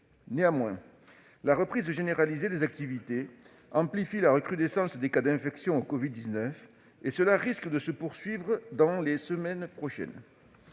Néanmoins, la reprise généralisée des activités amplifie la recrudescence des cas d'infection au covid-19, et cela risque de se poursuivre dans les prochaines